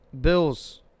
Bills